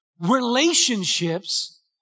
relationships